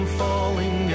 falling